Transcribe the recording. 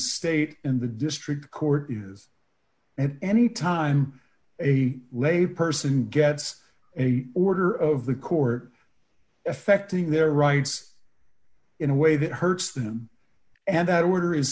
state and the district court is at any time a lay person gets a order of the court affecting their rights in a way that hurts them and that order is